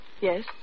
Yes